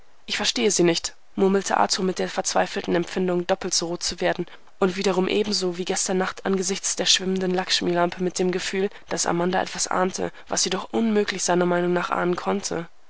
ich verstehe sie nicht murmelte arthur mit der verzweifelten empfindung doppelt so rot zu werden und wiederum ebenso wie gestern nacht angesichts der schwimmenden lackshmilampe mit dem gefühl daß amanda etwas ahnte was sie doch unmöglich seiner meinung nach ahnen konnte